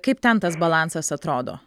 kaip ten tas balansas atrodo